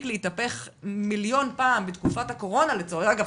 להתהפך מיליון פעם בתקופת הקורונה אגב,